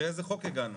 תראה לאיזה חוק הגענו.